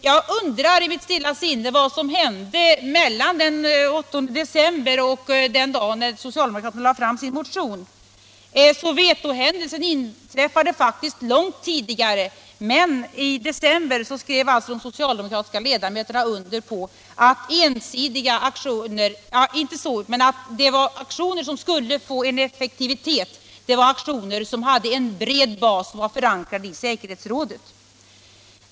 Jag undrar i mitt stilla sinne vad som hände mellan den 8 december och den dag då socialdemokraterna lade fram sin motion. Sowetohändelsen inträffade faktiskt långt tidigare, men i december skrev alltså de socialdemokratiska ledamöterna under på att de aktioner som skulle få effektivitet var aktioner som hade en bred bas och var förankrade i säkerhetsrådet.